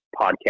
podcast